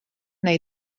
neu